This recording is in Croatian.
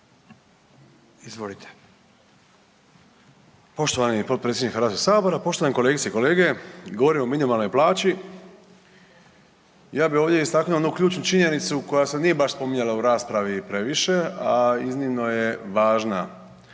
suverenisti)** Poštovani potpredsjedniče HS-a, poštovane kolegice i kolege. Govorimo o minimalnoj plaći, ja bih ovdje istaknuo jednu ključnu činjenicu koja se nije baš spominjala u raspravi previše, a iznimno je važna,